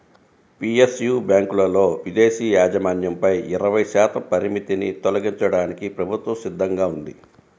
PSU బ్యాంకులలో విదేశీ యాజమాన్యంపై ఇరవై శాతం పరిమితిని తొలగించడానికి ప్రభుత్వం సిద్ధంగా ఉంది